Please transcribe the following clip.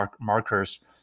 markers